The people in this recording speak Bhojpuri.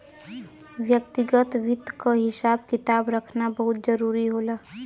व्यक्तिगत वित्त क हिसाब किताब रखना बहुत जरूरी होला